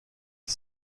ich